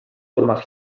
urmas